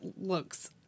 looks